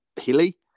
hilly